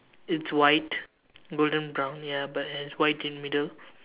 it's white golden brown ya but has white in middle